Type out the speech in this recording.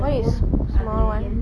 one is small one